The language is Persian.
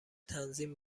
تنظیم